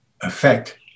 effect